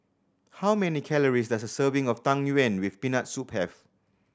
how many calories does a serving of Tang Yuen with Peanut Soup have